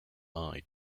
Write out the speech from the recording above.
eye